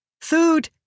Food